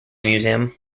museum